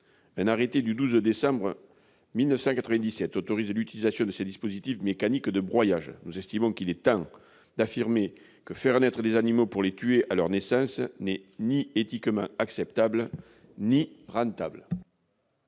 un arrêté du 12 décembre 1997 autorise l'utilisation de ces dispositifs mécaniques de broyage, il est temps d'affirmer que faire naître des animaux pour les tuer à leur naissance n'est ni éthiquement acceptable ni